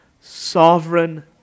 sovereign